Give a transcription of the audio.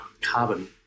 carbon